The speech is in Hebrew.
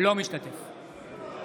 אינו משתתף בהצבעה